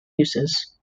uses